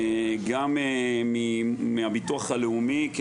גם מהביטוח הלאומי,